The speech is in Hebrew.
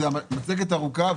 זו מצגת ארוכה,